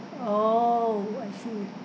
oh I see